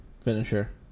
finisher